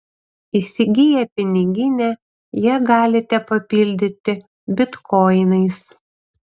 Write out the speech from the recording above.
įsigiję piniginę ją galite papildyti bitkoinais